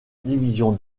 division